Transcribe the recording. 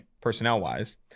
personnel-wise